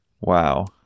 Wow